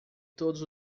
todos